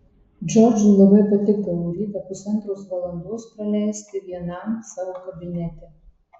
džordžui labai patikdavo rytą pusantros valandos praleisti vienam savo kabinete